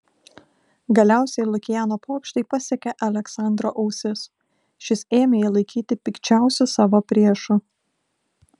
galiausiai lukiano pokštai pasiekė aleksandro ausis šis ėmė jį laikyti pikčiausiu savo priešu